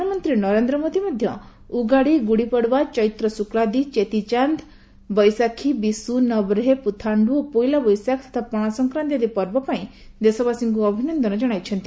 ପ୍ରଧାନମନ୍ତ୍ରୀ ନରେନ୍ଦ୍ର ମୋଦୀ ମଧ୍ୟ ଉଗାଡ଼ି ଗୁଡ଼ି ପଡ଼ବା ଚେତ୍ର ଶୁକ୍ଲାଦି ଚେତିଚାନ୍ଦ ବୈଶାଖୀ ବିଶୁ ନବରେହ ପୁଥାଣ୍ଟୁ ଓ ପୋଇଲା ବୈଶାଖ ତଥା ପଣାସଂକ୍ରାନ୍ତୀ ଆଦି ପର୍ବ ପାଇଁ ଦେଶବାସୀଙ୍କୁ ଅଭିନନ୍ଦନ ଜଣାଇଛନ୍ତି